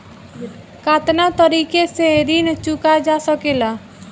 कातना तरीके से ऋण चुका जा सेकला?